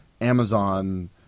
Amazon